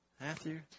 Matthew